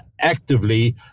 actively –